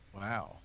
Wow